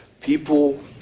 People